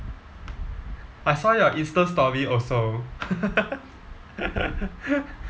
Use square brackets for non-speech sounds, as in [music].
I saw your insta story also [laughs]